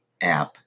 app